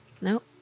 Nope